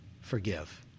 forgive